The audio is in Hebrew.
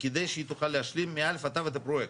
כדי שהיא תוכל להשלים מ-א' עד ת' את הפרויקט,